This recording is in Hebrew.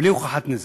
בלי הוכחת נזק.